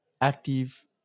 active